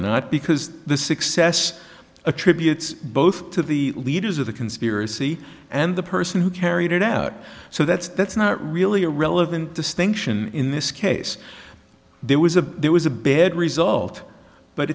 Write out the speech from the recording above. not because the success attributes both to the leaders of the conspiracy and the person who carried it out so that's that's not really a relevant distinction in this case there was a there was a bad result but